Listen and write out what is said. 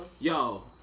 yo